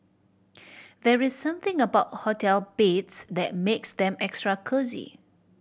there is something about hotel beds that makes them extra cosy